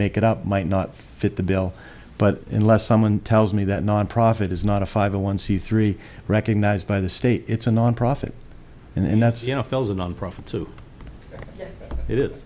make it up might not fit the bill but unless someone tells me that nonprofit is not a five a one c three recognized by the state it's a nonprofit and that's you know feels a nonprofit so it is